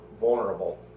vulnerable